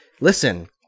Listen